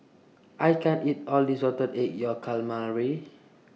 I can't eat All This Salted Egg Yolk Calamari